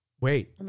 Wait